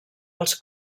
als